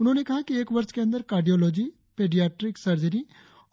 उन्होंने कहा कि एक वर्ष के अंदर कार्डियोलोजी पेडियाट्रिक सर्जरी